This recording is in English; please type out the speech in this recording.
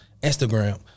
Instagram